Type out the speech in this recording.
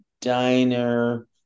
diner